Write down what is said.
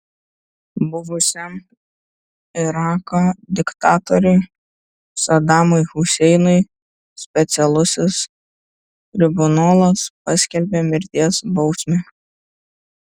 buvusiam irako diktatoriui sadamui huseinui specialusis tribunolas paskelbė mirties bausmę